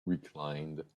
reclined